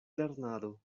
lernado